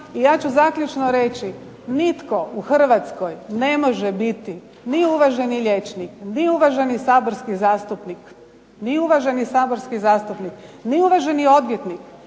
i ja ću zaključno reći nitko u Hrvatskoj ne može biti ni uvaženi liječnik, ni uvaženi saborski zastupnik, ni uvaženi odvjetnik, ni uvaženi bilo tko